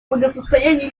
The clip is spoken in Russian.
благосостояние